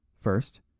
First